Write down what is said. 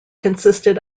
consisted